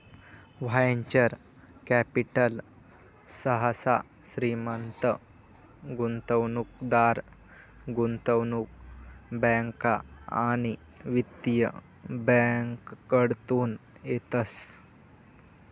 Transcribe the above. venture capital सहसा श्रीमंत गुंतवणूकदार, गुंतवणूक बँका आणि वित्तीय बँकाकडतून येतस